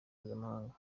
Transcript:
mpuzamahanga